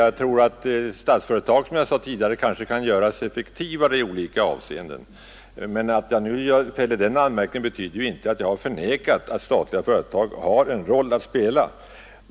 Jag tror att Statsföretag AB, som jag sade tidigare, kan göras effektivare i olika avseenden, men att jag fäller den anmärkningen betyder ju inte att jag har förnekat att statliga företag har en roll att spela.